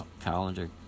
calendar